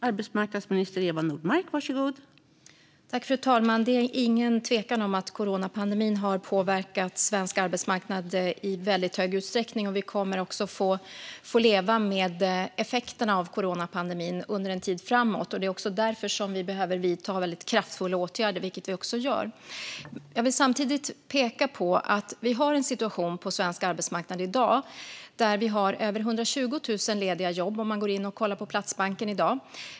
Fru talman! Det är ingen tvekan om att coronapandemin har påverkat svensk arbetsmarknad i väldigt hög utsträckning. Vi kommer också att få leva med effekterna av coronapandemin under en tid framåt. Det är också därför som vi behöver vidta väldigt kraftfulla åtgärder, vilket vi också gör. Jag vill samtidigt peka på att vi i dag har en situation på svensk arbetsmarknad där vi har över 120 000 lediga jobb - om man går in och kollar på Platsbanken i dag.